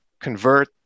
convert